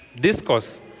discourse